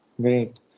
Great